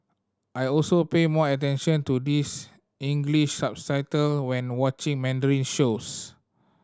I also pay more attention to this English subtitle when watching Mandarin shows